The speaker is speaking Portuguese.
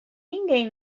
ninguém